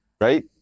right